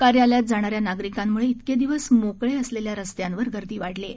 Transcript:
कार्यालयात जाणाऱ्या नागरिकांनाम्ळे इतके दिवस मोकळे असलेल्या रस्त्यांवर गर्दी वाढली आहे